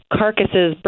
carcasses